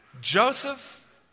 Joseph